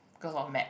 cause of maths